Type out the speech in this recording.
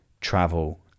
travel